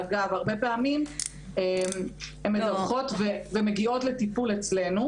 אגב, הרבה פעמים הן מדווחות ומגיעות לטיפול אצלינו